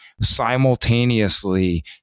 simultaneously